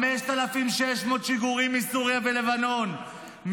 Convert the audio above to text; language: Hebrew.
5,600 שיגורים מסוריה ולבנון,